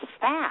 fast